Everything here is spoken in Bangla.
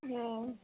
ও